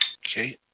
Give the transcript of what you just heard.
Okay